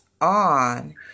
on